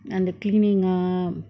and the cleaning up